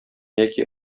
яки